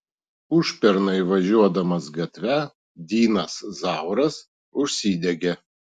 užpernai važiuodamas gatve dinas zauras užsidegė